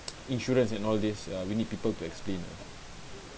insurance and all these we need people to explain ah